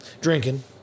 Drinking